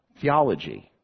theology